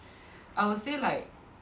I will say like